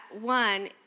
one